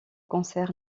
cancer